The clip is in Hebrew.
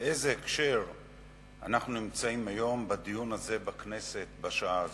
באיזה הקשר אנחנו נמצאים היום בדיון הזה בכנסת ובשעה הזאת.